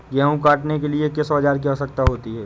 गेहूँ काटने के लिए किस औजार की आवश्यकता होती है?